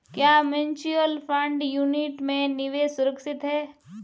क्या mutual fund unit में निवेश सुरक्षित है?